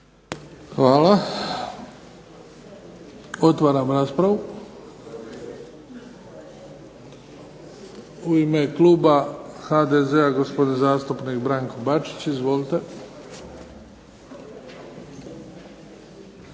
Hvala. Otvaram raspravu. U ime kluba HDZ-a gospodin zastupnik Branko Bačić. Izvolite.